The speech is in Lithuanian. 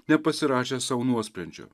nepasirašęs sau nuosprendžio